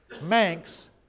Manx